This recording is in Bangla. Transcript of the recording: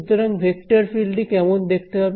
সুতরাং ভেক্টর ফিল্ড টি কেমন দেখতে হবে